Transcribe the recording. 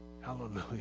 Hallelujah